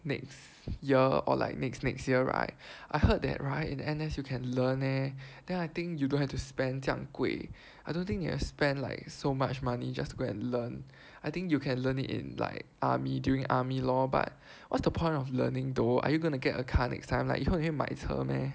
next year or like next next year right I heard that right in N_S you can learn leh then I think you don't have to spend 这样贵 I don't think you spend like so much money just to go and learn I think you can learn it in like army during army lor but what's the point of learning though are you going to get a car next time like 以后你会买车 meh